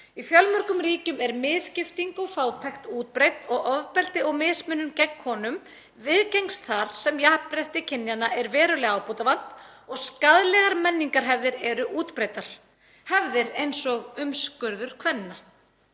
Í fjölmörgum ríkjum er misskipting og fátækt útbreidd og ofbeldi og mismunun gegn konum viðgengst þar sem jafnrétti kynjanna er verulega ábótavant og skaðlegar menningarhefðir eru útbreiddar, hefðir eins og umskurður kvenna.